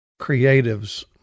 creatives